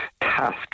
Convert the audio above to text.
task